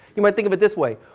you might think of it this way,